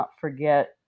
forget